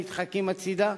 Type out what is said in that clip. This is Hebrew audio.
נדחקות הצדה,